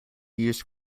used